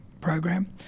program